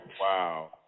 Wow